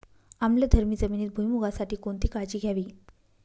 आम्लधर्मी जमिनीत भुईमूगासाठी कोणती काळजी घ्यावी?